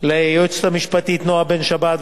ליועצת המשפטית נועה בן-שבת,